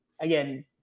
Again